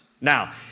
Now